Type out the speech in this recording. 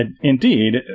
indeed